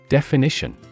Definition